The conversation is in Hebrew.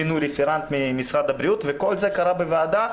מינו רפרנט ממשרד הבריאות, וכל זה קרה בוועדה.